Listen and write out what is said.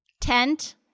Tent